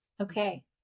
Okay